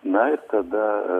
na ir tada